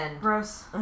Gross